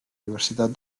diversitat